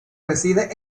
reside